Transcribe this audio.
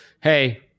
Hey